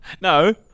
No